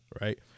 right